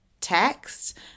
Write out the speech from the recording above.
text